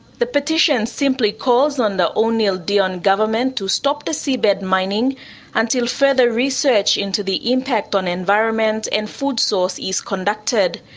the petition simply calls on the o'neill dion government to stop the seabed mining until further research into the impact on environment and food source is conducted.